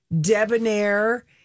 debonair